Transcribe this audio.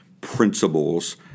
principles